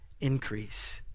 increase